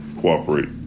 cooperate